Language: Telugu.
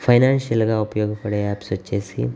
ఫైనాన్షియల్గా ఉపయోగపడే యాప్స్ వచ్చి